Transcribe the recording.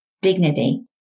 dignity